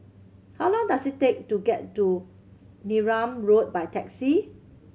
how long does it take to get to Neram Road by taxi